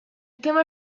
tema